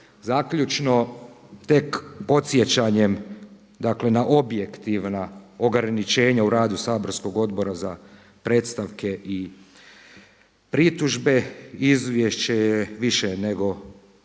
Zaključno, tek podsjećanjem dakle na objektivna ograničenja u radu saborskog Odbora za predstavke i pritužbe, izvješće je više nego